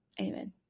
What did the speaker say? amen